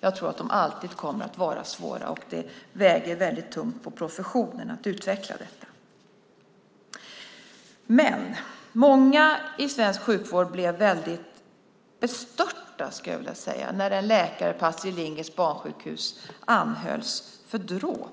Jag tror att de alltid kommer att vara svåra, och det väger tungt på professionen att utveckla detta. Många i svensk sjukvård blev väldigt bestörta när en läkare vid Astrid Lindgrens barnsjukhus anhölls för dråp.